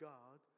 God